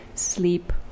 Sleep